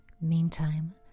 Meantime